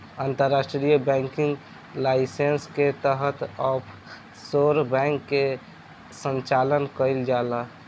अंतर्राष्ट्रीय banking licence के तहत ऑफशोर बैंक के संचालन कईल जाला